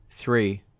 Three